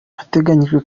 hateganyijwe